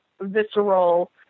visceral